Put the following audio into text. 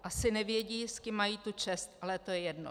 Asi nevědí, s kým mají tu čest, ale to je jedno.